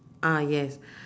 ah yes